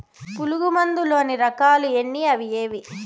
పులుగు మందు లోని రకాల ఎన్ని అవి ఏవి?